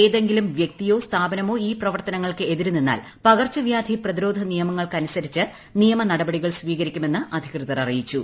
ഏതെങ്കിലും വൃക്തിയോ സ്ഥാപനമോ ഈ പ്രവർത്തനങ്ങൾക്ക് എതിര് നിന്നാൽ പകർച്ച വ്യാധി പ്രതിരോധ നിയമങ്ങൾക്കനുസരിച്ച് നിയമ നടപടികൾ സ്വീകരിക്കുമെന്ന് അധികൃതർ അറിയിച്ചു